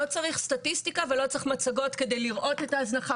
לא צריך סטטיסטיקה ולא צריך מצגות כדי לראות את ההזנחה.